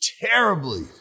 terribly